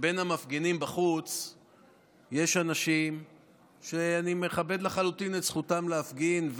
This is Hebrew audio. שבין המפגינים בחוץ יש אנשים שאני מכבד לחלוטין את זכותם להפגין,